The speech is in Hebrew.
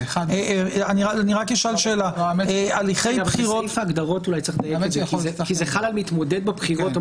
אני רק אשאל שאלה: ----- כי זה חל על מתמודד בבחירות.